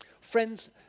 Friends